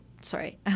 sorry